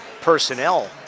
personnel